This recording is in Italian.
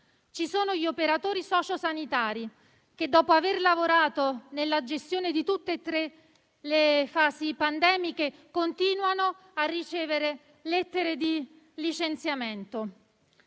ci sono gli operatori sociosanitari, che, dopo aver lavorato nella gestione di tutte e tre le fasi pandemiche, continuano a ricevere lettere di licenziamento.